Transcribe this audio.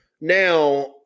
now